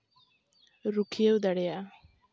ᱨᱩᱠᱷᱤᱭᱟᱹᱣ ᱫᱟᱲᱮᱭᱟᱜᱼᱟ